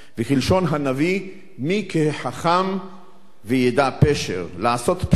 וכלשון הנביא: מי כחכם ויֵדע פשר, לעשות פשרה.